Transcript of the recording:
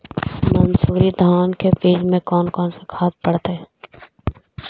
मंसूरी धान के बीज में कौन कौन से खाद पड़तै?